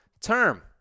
term